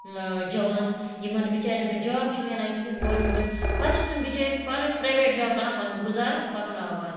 جوان یِمَن بِچارٮ۪ن نہٕ جاب چھُ مِلان کِہیٖنۍ گورمٮ۪نٛٹُک پَتہٕ چھِ تٕم بِچٲرۍ پَنُن پرٛایویٹ جاب کَران پَنُن گُزار پَکناوان